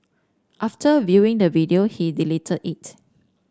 after viewing the video he deleted it